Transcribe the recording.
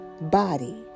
body